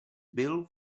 byl